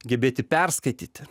gebėti perskaityti